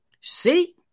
See